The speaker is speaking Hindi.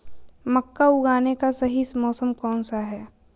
मक्का उगाने का सही मौसम कौनसा है?